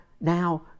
now